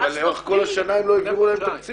אבל לאורך כל השנה הם לא העבירו להם תקציב.